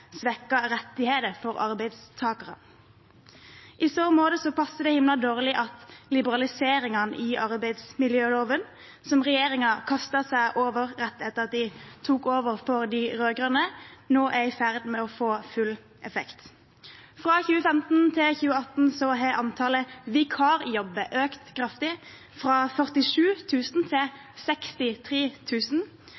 rettigheter for arbeidstakerne. I så måte passer det himla dårlig at liberaliseringene i arbeidsmiljøloven, som regjeringen kastet seg over rett etter at de tok over for de rød-grønne, nå er i ferd med å få full effekt. Fra 2015 til 2018 har antallet vikarjobber økt kraftig, fra 47 000 til